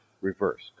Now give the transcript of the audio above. reverse